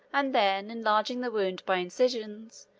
and then, enlarging the wound by incisions,